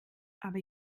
aber